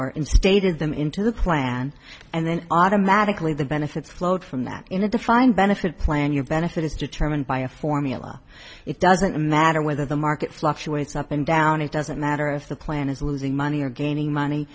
them into the plan and then automatically the benefits flow from that in a defined benefit plan your benefit is determined by a formula it doesn't matter whether the market fluctuates up and down it doesn't matter if the plan is losing money or gaining money